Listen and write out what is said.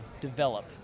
develop